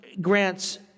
grants